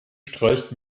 streicht